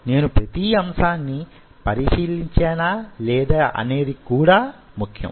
నేను ప్రతీ అంశాన్ని పరిశీలించానా లేదా అనేది కూడా ముఖ్యం